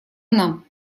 нам